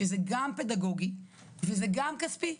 שזה גם פדגוגי וזה גם כספי,